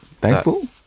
Thankful